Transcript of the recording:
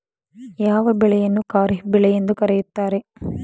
ಯಾವ ಬೆಳೆಯನ್ನು ಖಾರಿಫ್ ಬೆಳೆ ಎಂದು ಕರೆಯುತ್ತಾರೆ?